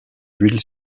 huile